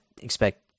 expect